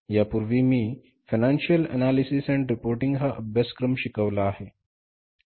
यापूर्वी मी financial analysis and reporting हा अभ्यासक्रम शिकवला आहे